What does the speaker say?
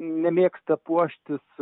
nemėgsta puoštis